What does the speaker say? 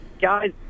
guys